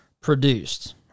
produced